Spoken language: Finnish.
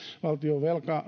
valtion